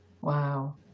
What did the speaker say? Wow